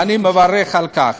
ואני מברך על כך.